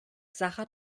sacher